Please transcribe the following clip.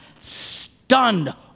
stunned